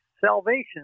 salvation